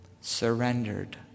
surrendered